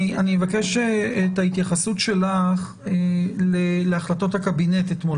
אני אבקש את ההתייחסות שלך להחלטות הקבינט אתמול.